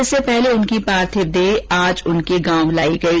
इससे पहले उनकी पार्थिव देह आज उनके गांव पहुंची